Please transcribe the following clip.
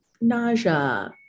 nausea